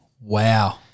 Wow